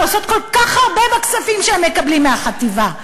שעושות כל כך הרבה בכספים שהן מקבלות מהחטיבה,